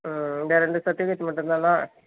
ஆ வேறு இந்த சர்டிஃபிகேட் மட்டுந்தானா